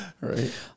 Right